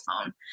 phone